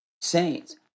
Saints